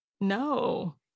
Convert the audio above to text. no